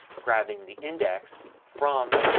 grabbing the index from